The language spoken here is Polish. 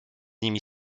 nimi